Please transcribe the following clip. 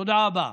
תודה רבה.